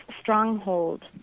stronghold